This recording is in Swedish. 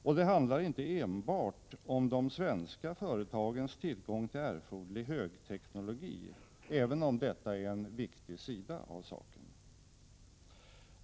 Och det handlar inte enbart om de svenska företagens tillgång till erforderlig högteknologi, även om detta är en viktig sida av saken.